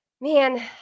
man